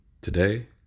today